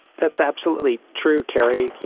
that's absolutely true, keri.